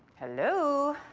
hello?